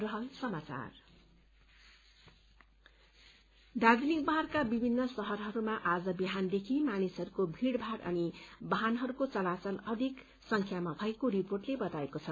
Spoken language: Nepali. सिच्यूवेशन हील दार्जीलिङ पहाड़का विभिन्न शहरहरूमा आज विहानदेखि मानिसहरूको भीड़भाड़ अनि वाहनहरूको चलाचल अधिक संख्यामा भएको रिपोर्टले बताएको छ